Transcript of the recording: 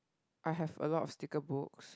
I have a lot of sticker books